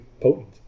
potent